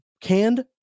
canned